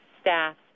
staff